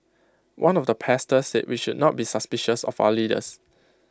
one of the pastors said we should not be suspicious of our leaders